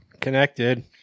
Connected